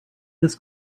this